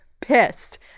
pissed